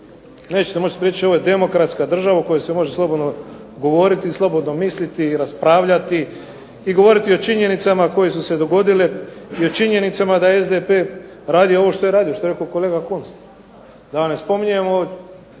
Nećete moći spriječiti. Ovo je demokratska država u kojoj se može slobodno govoriti i slobodno misliti i raspravljati i govoriti o činjenicama koje su se dogodile i o činjenicama da je SDP radio ovo što je radio što je rekao kolega Kunst da vam ne spominjemo